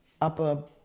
upper